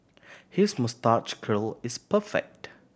his moustache curl is perfect